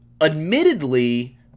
Admittedly